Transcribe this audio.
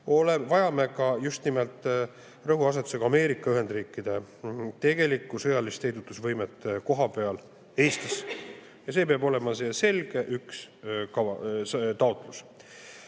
vajame ka just nimelt rõhuasetusega Ameerika Ühendriikidele tegelikku sõjalist heidutusvõimet kohapeal Eestis. Ja see peab olema üks selge taotlus.